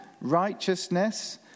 righteousness